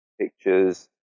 pictures